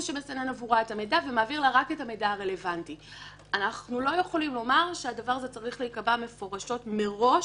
אנחנו לא יכולים לומר שהדבר הזה צריך להיקבע מפורשות מראש